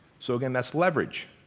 so again, that's leverage.